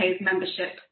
membership